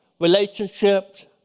relationships